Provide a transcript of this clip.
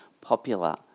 popular